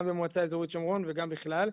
גם במועצה אזורית שומרון וגם בכלל.